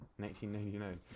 1999